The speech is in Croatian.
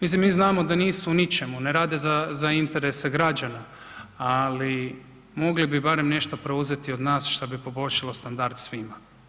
Mislim mi znamo da nisu u ničemu, ne rade za interese građana, ali mogli bi barem nešto preuzeti od nas što bi poboljšalo standard svima.